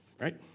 right